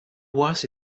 was